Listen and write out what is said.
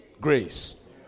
grace